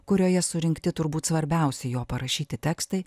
kurioje surinkti turbūt svarbiausi jo parašyti tekstai